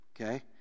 Okay